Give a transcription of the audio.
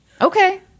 Okay